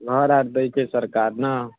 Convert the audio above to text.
घर आर दै छै सरकार ने